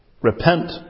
Repent